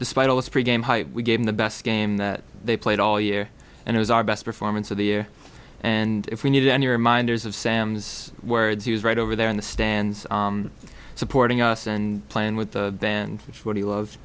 despite all this pre game hype we gave him the best game that they played all year and it was our best performance of the year and if we needed any reminders of sam's words he was right over there in the stands supporting us and playing with the band which what he love